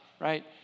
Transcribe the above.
right